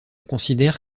considère